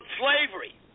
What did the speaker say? slavery